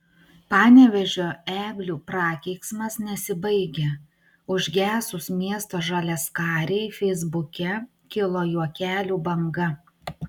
panevėžio eglių prakeiksmas nesibaigia užgesus miesto žaliaskarei feisbuke kilo juokelių banga